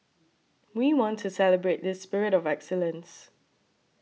we want to celebrate this spirit of excellence